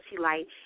Light